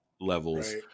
levels